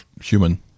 human